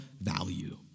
value